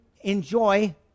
enjoy